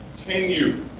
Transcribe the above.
continue